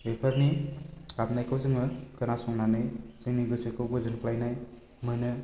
बेफोरनि गाबनायखौ जोङो खोनासंनानै जोंनि गोसोखौ गोजोनग्लायनाय मोनो